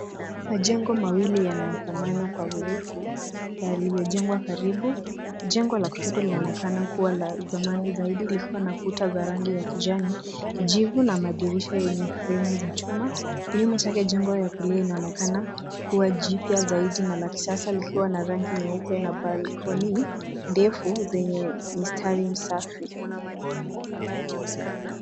Majengo mawili yanayofanana kwa urefu na yaliyojengwa karibu. Jengo la kushoto linaonekana kuwa la zamani zaidi likiwa na kuta za rangi ya kijani, kijivu na madirisha yenye fremu za chuma. Kinyume chake jengo ya kulia inaonekana kuwa jipya zaidi na la kisasa likiwa na rangi nyeupe na balkoni ndefu zenye mistari safi.